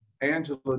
Angela